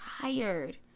tired